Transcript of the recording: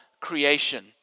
creation